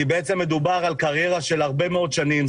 כי מדובר על קריירה של הרבה מאוד שנים.